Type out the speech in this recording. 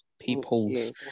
peoples